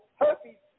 herpes